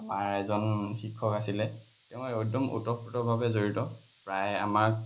আমাৰ এজন শিক্ষক আছিলে তেওঁ একদম ওতপ্ৰোতভাৱে জড়িত প্ৰায় আমাক